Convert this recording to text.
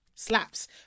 slaps